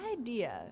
idea